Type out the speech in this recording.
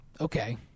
Okay